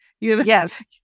Yes